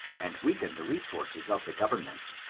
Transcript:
and weaken the resources of the government.